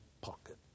pocket